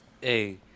Hey